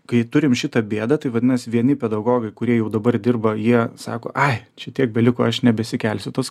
kai turim šitą bėdą tai vadinasi vieni pedagogai kurie jau dabar dirba jie sako ai čia tiek beliko aš nebesikelsiu tos